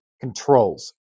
controls